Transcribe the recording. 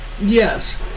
Yes